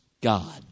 God